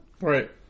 Right